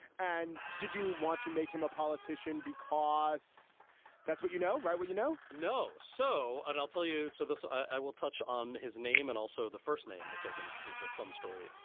and did you want to make him a politician? because that's what you know, right? you know no. so and i'll tell you. so this i will touch on his name and also the first name, which i think is a fun story.